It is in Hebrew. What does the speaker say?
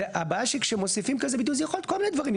הבעיה שכשמוסיפים כזה ביטוי זה יכול להיות כל מיני דברים.